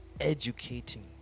educating